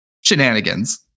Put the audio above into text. shenanigans